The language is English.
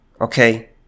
Okay